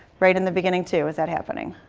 right in the beginning too is that happening.